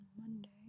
Monday